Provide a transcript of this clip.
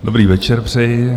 Dobrý večer přeji.